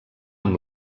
amb